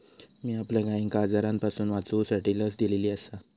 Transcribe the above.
मी आपल्या गायिंका आजारांपासून वाचवूसाठी लस दिलेली आसा